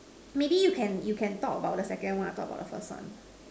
maybe you can you can talk about the second one I talk about the first one